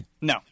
No